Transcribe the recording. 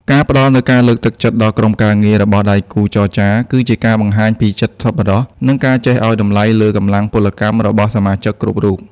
ការផ្តល់នូវការលើកទឹកចិត្តដល់ក្រុមការងាររបស់ដៃគូចរចា គឺជាការបង្ហាញពីចិត្តសប្បុរស និងការចេះឱ្យតម្លៃលើកម្លាំងពលកម្មរបស់សមាជិកគ្រប់រូប។